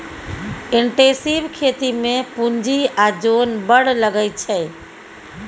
intensive खेती मे पुंजी आ जोन बड़ लगै छै